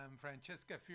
Francesca